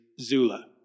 Zula